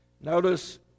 Notice